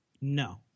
No